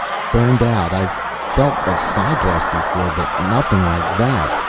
burned out. i've felt a psi blast before, but nothing like that!